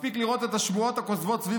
מספיק לראות את השמועות הכוזבות סביב